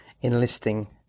enlisting